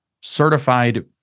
certified